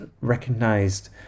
recognized